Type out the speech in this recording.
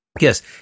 Yes